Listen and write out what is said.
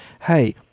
hey